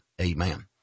amen